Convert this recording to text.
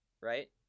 Right